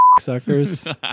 suckers